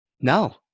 No